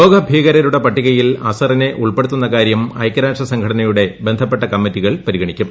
ലോക ഭീകരരുടെ പട്ടികയിൽ അസ്ഹറിനെ ഉൾപ്പെടുത്തുന്ന കാര്യം ഐക്യരാഷ്ട്ര സംഘടനയുടെ ബന്ധപ്പെട്ട കമ്മിറ്റികൾ പരിഗണിക്കും